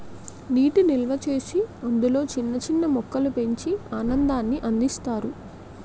నీటి నిల్వచేసి అందులో చిన్న చిన్న మొక్కలు పెంచి ఆనందాన్ని అందిస్తారు